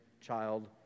child